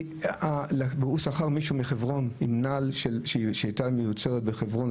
הוא שכר מישהו מחברון עם נעל שהיא הייתה מיוצרת בחברון?